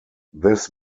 this